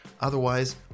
otherwise